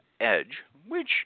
edge—which